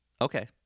Okay